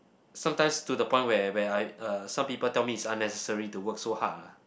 sometimes to the point where where I uh some people tell me it's unnecessary to work so hard lah